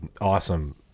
awesome